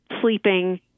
sleeping